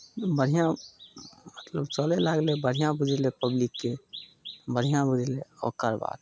बढ़िआँ मतलब चलैय लागलै बढ़िआँ बुझयलै पब्लिककेँ बढ़िआँ बुझेलै ओकर बाद